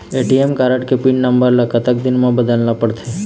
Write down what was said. ATM card के pin number ला कतक दिन म बदलना पड़थे?